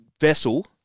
vessel